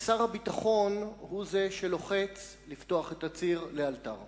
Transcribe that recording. ושר הביטחון הוא זה שלוחץ לפתוח את הציר לאלתר.